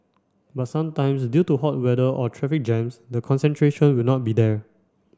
but sometimes due to hot weather or traffic jams the concentration will not be there